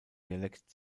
dialekt